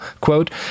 Quote